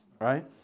right